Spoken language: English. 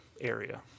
area